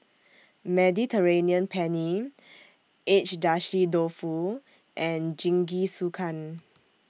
Mediterranean Penne Agedashi Dofu and Jingisukan